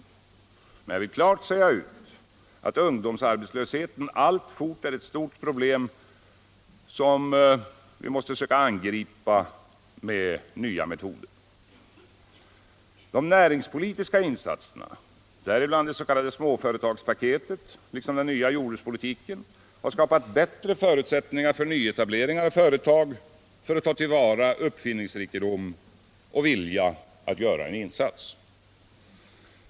Men jag vill klart säga ifrån att ungdomsarbetslösheten alltfort är ett stort problem, som vi måste försöka angripa med nya metoder. De näringspolitiska insatserna, däribland det s.k. småföretgspaketet och den nya jordbrukspolitiken, har skapat bättre förutsättningar för nyetableringar av företag och för tillvaratagandet av uppfinningsrikedom och vilja att göra en insats.